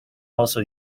also